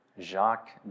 Jacques